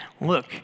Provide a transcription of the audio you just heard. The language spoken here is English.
look